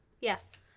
Yes